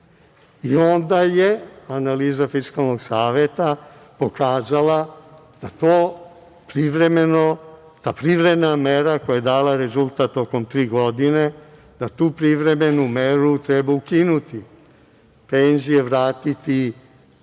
Onda je analiza Fiskalnog saveta pokazala da ta privremena mera koja je dala rezultat tokom tri godine, da tu privremenu meru treba ukinuti i penzije vratiti